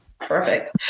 Perfect